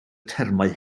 termau